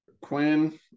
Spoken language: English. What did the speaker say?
quinn